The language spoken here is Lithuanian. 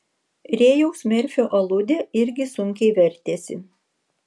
rėjaus merfio aludė irgi sunkiai vertėsi